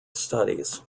studies